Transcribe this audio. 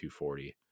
240